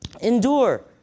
Endure